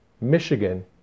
Michigan